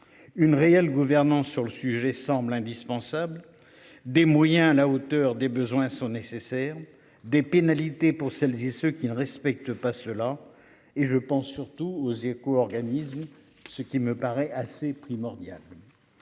Une réelle gouvernance sur le sujet semble indispensable des moyens à la hauteur des besoins sont nécessaires des pénalités pour celles et ceux qui ne respectent pas cela et je pense surtout aux éco-organismes. Ce qui me paraît assez primordial.